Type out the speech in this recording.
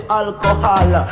alcohol